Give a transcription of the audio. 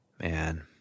man